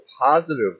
positive